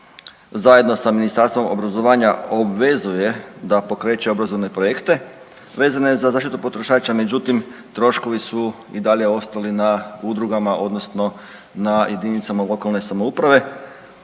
zajedno sa Ministarstvom obrazovanja obvezuje da pokreće obrazovne projekte vezane za zaštitu potrošača, međutim troškovi su i dalje ostali na udrugama odnosno na JLS, a znamo kakva